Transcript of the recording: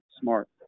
smart